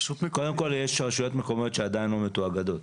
קודם כל, יש רשויות מקומיות שעדיין לא מתואגדות.